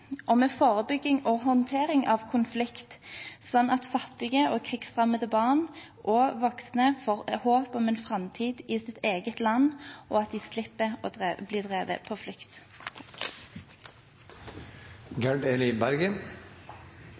og med forebygging og håndtering av konflikt, slik at fattige og krigsrammede barn og voksne får håp om en framtid i sitt eget land, og at de slipper å bli drevet på